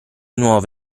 nuovo